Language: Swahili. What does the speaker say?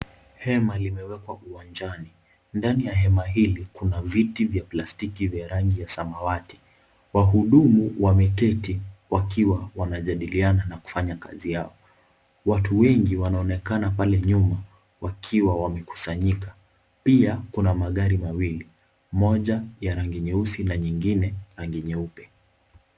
Hema limewekwa uwanjani. Ndani ya hema hili, kuna viti vya plastiki vya rangi ya samawati. Wahudumu wameketi wakiwa wanajadiliana na kufanya kazi yao. Watu wengi wanaonekana pale nyuma wakiwa wamekusanyika .Pia, kuna magari mawili. Moja ya rangi nyeusi na nyingine rangi nyeupe.